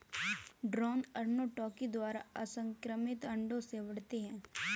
drone अर्नोटोकी द्वारा असंक्रमित अंडों से बढ़ते हैं